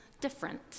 different